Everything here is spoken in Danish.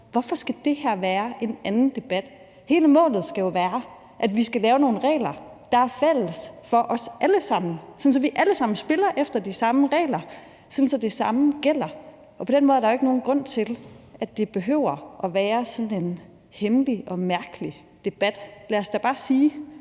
Hvorfor skal det her være en anden debat? Målet skal jo være, at vi skal lave nogle regler, der er fælles for os alle sammen, sådan at vi alle sammen spiller efter de samme regler, sådan at det samme gælder. På den måde er der jo ikke nogen grund til, at det behøver at være sådan en hemmelig og mærkelig debat. Lad os da bare sige,